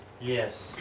Yes